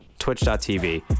Twitch.tv